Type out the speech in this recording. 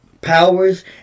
powers